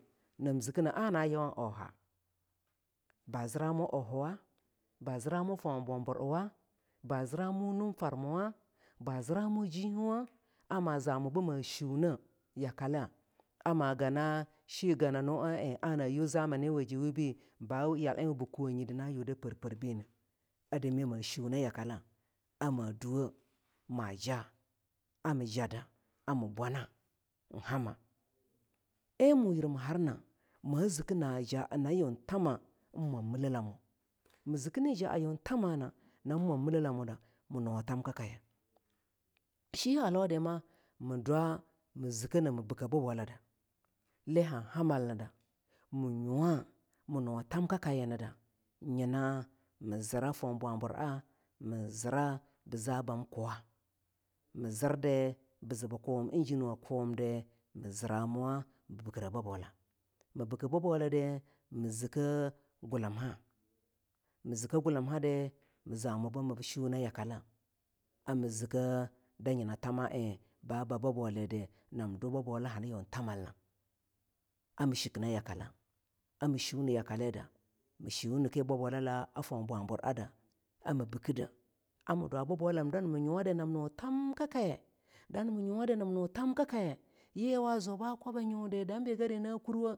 nam zikineh aneah yuwan ooha baa ziramu aahuwa baa ziramu fo ang bwabura uwa baa ziramu numfarmuwa baa ziramu bama jeingei woh ama zamu bama shunnea yakale ama gana sheing ganamu aa eing ana yiu zamani wa waji webineh baa yal eing wa bea kuwunyirdi na yiu da per per bineh a dami ma shunne yakale ama duwah ma jaah a miijadda a mii bwana eing hammaeing mu yir mii harna maziki naa jaah nan yiu thamah eing mwam mile lama mii ziki nii jaah thamma nang mwom mile lamuda mo nuwa thamka shayalaudi ma midwa mii zike namii bikke babolida lii han hamalnida mo mo nuwa thamka kayinida nyina mii zira foeang bwaburaa mii zirdi bii za bam kuwa mii zirdi bii zii bu kuwum engine woh kuwumdi mii ziramuwa mii bikire ba bola mii bikki babolidi mii zikke gullimha mii ziki gullim hidi mii zamu bamab shunne yakaliaa a mii zikke da nyina thama eing baa bah baboldi nam du babola hani yun thamal nah a mii shikaldu mii shummeh kii bikki de a mii dwa babola na damana nyuwadi mii dwa thamkakaye danama nyuwa dii nam nu thamkakaye yii wa zii baa kwab a nyudi dam bea gaddi naa kurwoh